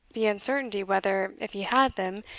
the uncertainty whether, if he had them,